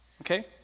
Okay